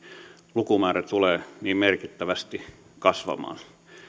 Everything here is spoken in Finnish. lukumäärä tulee niin merkittävästi kasvamaan